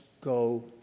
go